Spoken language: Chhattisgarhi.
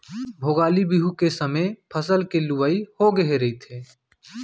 भोगाली बिहू के समे फसल के लुवई होगे रहिथे